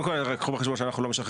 קודם כל קחו בחשבון שאנחנו לא משחררים.